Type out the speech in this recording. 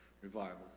revival